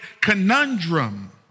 conundrum